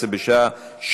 לא, הייתה פה